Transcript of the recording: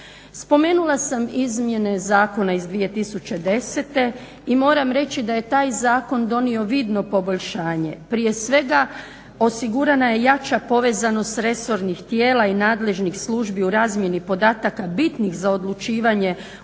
Spomenula sam izmjene zakona iz 2010. i moram reći da je taj zakon donio vidno poboljšanje. Prije svega osigurana je jača povezanost resornih tijela i nadležnih službi u razmjeni podataka bitnih za odlučivanje o